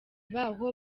baho